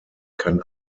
kann